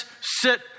sit